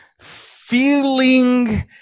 feeling